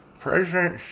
President